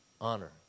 honor